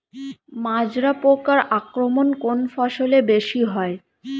মাজরা পোকার আক্রমণ কোন ফসলে বেশি হয়?